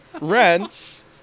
rents